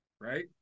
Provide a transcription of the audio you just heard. Right